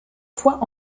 fois